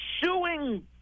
suing